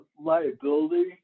liability